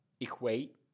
equate